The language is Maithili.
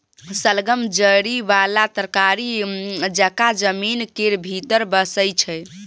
शलगम जरि बला तरकारी जकाँ जमीन केर भीतर बैसै छै